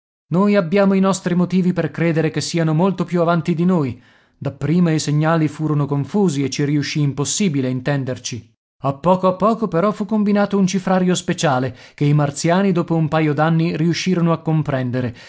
noi abbiamo i nostri motivi per credere che siano molto più avanti di noi dapprima i segnali furono confusi e ci riuscì impossibile intenderci a poco a poco però fu combinato un cifrario speciale che i martiani dopo un paio d'anni riuscirono a comprendere